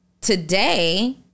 today